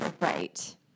Right